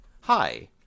Hi